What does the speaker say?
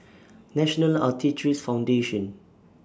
National Arthritis Foundation